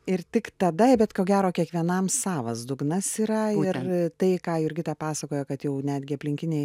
ir tik tada bet ko gero kiekvienam savas dugnas yra ir tai jurgita pasakojo kad jau netgi aplinkiniai